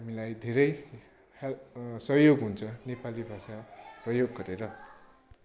हामीलाई धेरै हेल्प सहयोग हुन्छ नेपाली भाषा प्रयोग गरेर